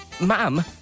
ma'am